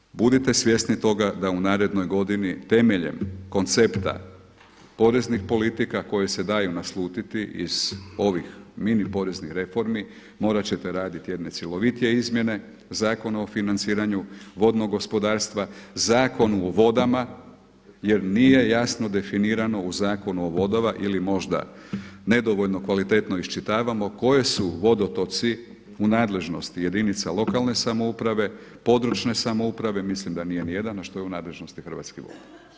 Međutim, budite svjesni toga da u narednoj godini temeljem koncepta poreznih politika koje se daju naslutiti iz ovih mini poreznih reformi, morat ćete raditi jedne cjelovitije izmjene Zakona o financiranju vodnog gospodarstva, Zakonu o vodama, jer nije jasno definirano u Zakonu o vodama ili možda nedovoljno kvalitetno iščitavamo koji su vodotoci u nadležnosti jedinica lokalne samouprave, područne samouprave, mislim da nije nijedan ono što je u nadležnosti Hrvatskih voda.